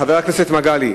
חבר הכנסת מגלי?